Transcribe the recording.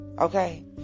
okay